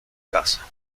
casa